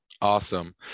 Awesome